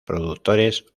productores